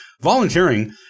Volunteering